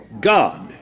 God